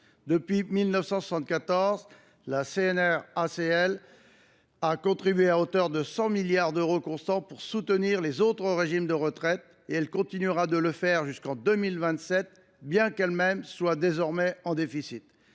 Depuis 1974, la CNRACL a contribué à hauteur de 100 milliards – en euros constants – pour soutenir les autres régimes de retraite. Elle continuera de le faire jusqu’en 2027, bien qu’elle même soit désormais en déficit.